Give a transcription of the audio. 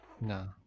No